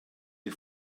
die